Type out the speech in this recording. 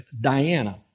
Diana